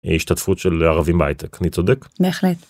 השתתפות של ערבים בהייטק. אני צודק? -בהחלט.